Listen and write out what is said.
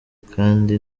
kandi